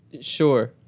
sure